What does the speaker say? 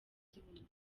z’ubumara